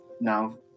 now